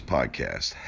Podcast